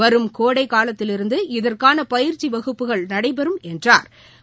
வரும் கோடைக்காலத்திலிருந்து இதற்கான பயிற்சி வகுப்புகள் நடைபெறும் என்றாா்